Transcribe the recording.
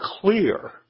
clear